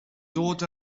dod